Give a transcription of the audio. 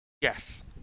yes